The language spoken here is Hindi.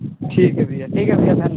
ठीक है भैया ठीक है भैया धन्यवाद